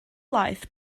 laeth